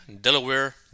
Delaware